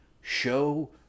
show